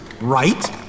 right